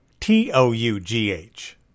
T-O-U-G-H